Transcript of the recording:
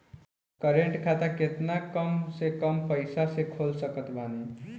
Current खाता केतना कम से कम पईसा से खोल सकत बानी?